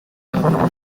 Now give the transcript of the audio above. y’aho